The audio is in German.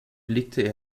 blickte